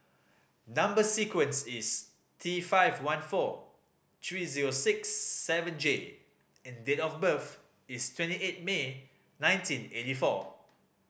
number sequence is T five one four three zero six seven J and date of birth is twenty eight May nineteen eighty four